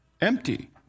empty